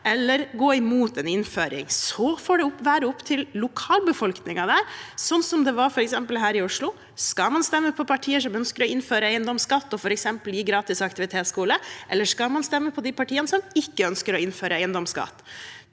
eller gå imot en innføring. Så får det være opp til lokalbefolkningen, sånn som det var f.eks. her i Oslo. Skal man stemme på partier som ønsker å innføre eiendomsskatt, og f.eks. gi gratis aktivitetsskole, eller skal man stemme på de partiene som ikke ønsker å innføre eiendoms